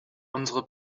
unsere